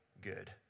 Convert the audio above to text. good